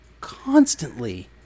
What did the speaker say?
constantly